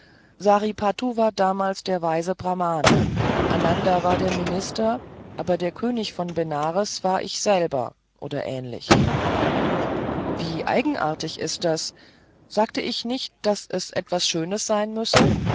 war damals der weise brahmane ananda war der minister aber der könig von benares war ich selber oder ähnlich wie eigenartig ist das sagte ich nicht daß es etwas schönes sein müsse